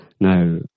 Now